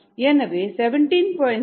எனவே 17